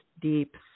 deep